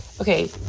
okay